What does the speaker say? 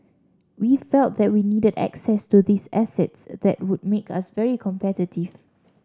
we felt that we needed access to these assets that would make us very competitive